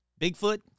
Bigfoot